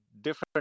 different